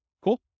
Cool